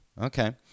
okay